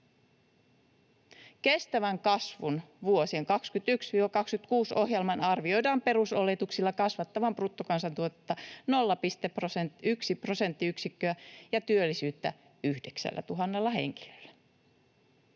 Kestävän kasvun vuosien 2021—26 ohjelman arvioidaan perusoletuksilla kasvattavan bruttokansantuotetta 0,1 prosenttiyksikköä ja työllisyyttä 9 000 henkilöllä.